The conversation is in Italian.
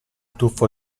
tuffo